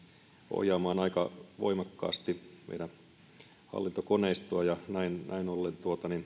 ohjaamaan aika voimakkaasti meidän hallintokoneistoa ja näin ollen